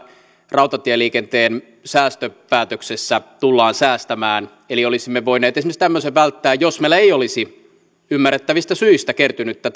rautatieliikenteen säästöpäätöksessä tullaan säästämään eli olisimme voineet esimerkiksi tämmöisen välttää jos meillä ei olisi ymmärrettävistä syistä kertynyttä